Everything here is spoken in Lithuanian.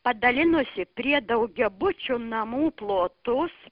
padalinusi prie daugiabučių namų plotus